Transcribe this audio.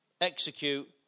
execute